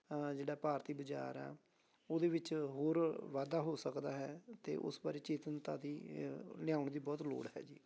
ਜਿਹੜਾ ਭਾਰਤੀ ਬਜ਼ਾਰ ਆ ਉਹਦੇ ਵਿੱਚ ਹੋਰ ਵਾਧਾ ਹੋ ਸਕਦਾ ਹੈ ਅਤੇ ਉਸ ਬਾਰੇ ਚੇਤਨਤਾ ਦੀ ਲਿਆਉਣ ਦੀ ਬਹੁਤ ਲੋੜ ਹੈ ਜੀ